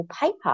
paper